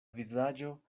vizaĝo